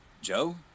Joe